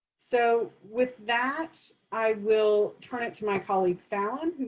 so with that, i will turn it to my colleague falyn,